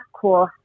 cool